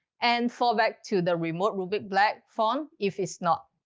and fall back to the remote rubik-black font if it's not.